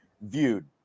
viewed